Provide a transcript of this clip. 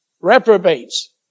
reprobates